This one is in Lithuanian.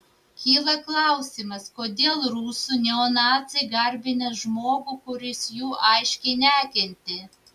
kyla klausimas kodėl rusų neonaciai garbina žmogų kuris jų aiškiai nekentė